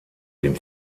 dem